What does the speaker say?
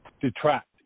detract